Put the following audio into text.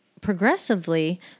progressively